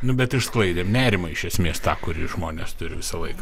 nu bet išsklaidėm nerimą iš esmės tą kurį žmonės turi visą laiką